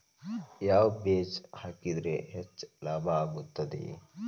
ಯಾವ ಬೇಜ ಹಾಕಿದ್ರ ಹೆಚ್ಚ ಲಾಭ ಆಗುತ್ತದೆ?